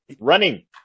running